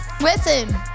Listen